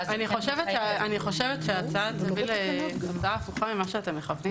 אני חושבת שההצעה תביא לתוצאה הפוכה ממה שאתם מכוונים.